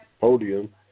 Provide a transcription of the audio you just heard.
podium